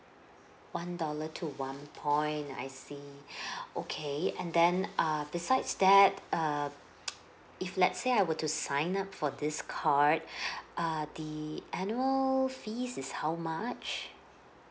one dollar to one point I see okay and then err besides that err if let's say I were to sign up for this card err the annual fees is how much